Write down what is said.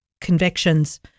convictions